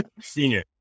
senior